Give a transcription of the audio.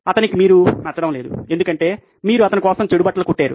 అతనికి మీరు నచ్చడం లేదు ఎందుకంటే మీరు అతని కోసం సరిపొని బట్టలు కుట్టారు